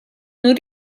non